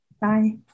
Bye